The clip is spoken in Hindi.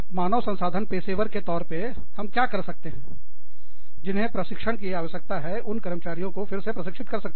मानव संसाधन पेशेवर के तौर पर हम क्या कर सकते हैं जिन्हें प्रशिक्षण की आवश्यकता है उन कर्मचारियों को फिर से प्रशिक्षित कर सकते हैं